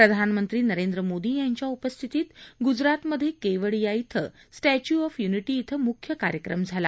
प्रधानमंत्री नरेंद्र मोदी यांच्या उपस्थितीत गुजरातमध्ये केवडिया इथं स्टॅच्यू ऑफ युनिटी इथं मुख्य कार्यक्रम झाला